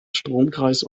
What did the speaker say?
stromkreis